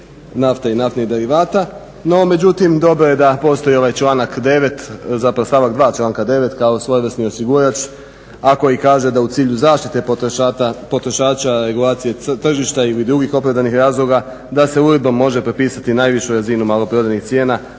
nafte i naftnih derivata, no međutim dobro je da postoji ovaj članak 9., zapravo članak 2. stavka 9. kao svojevrsni osigurač, a koji kaže da u cilju zaštite potrošača, regulacije tržišta ili drugih opravdanih razloga, da se uredbom može propisati najvišu razinu maloprodajnih cijena